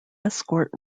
escort